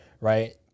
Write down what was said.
right